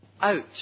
out